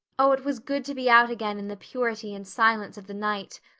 oh, it was good to be out again in the purity and silence of the night!